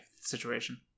situation